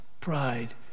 pride